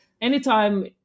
Anytime